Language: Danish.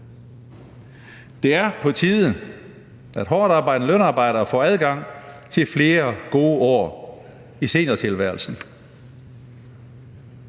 Det er på tide, at hårdtarbejdende lønarbejdere får adgang til flere gode år i seniortilværelsen.